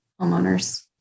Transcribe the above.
homeowners